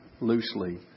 loosely